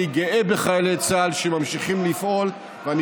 אני גאה בחיילי צה"ל שממשיכים לפעול ואני